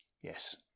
Yes